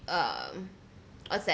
um what's that